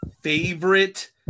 favorite